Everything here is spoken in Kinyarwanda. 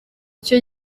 cyo